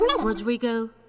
Rodrigo